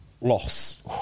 Loss